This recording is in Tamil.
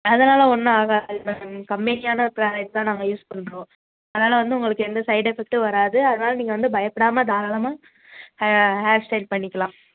அதனால் ஒன்றும் ஆகாது மேம் கம்பெனியான ப்ராடக்ட் தான் நாங்கள் யூஸ் பண்ணுறோம் அதனால் வந்து உங்களுக்கு எந்த சைட் எஃபெக்ட்டும் வராது அதனால் நீங்கள் வந்து பயப்படாம தாராளமாக ஹே ஹேர் ஸ்டைல் பண்ணிக்கலாம்